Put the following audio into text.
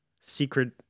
secret